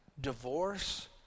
divorce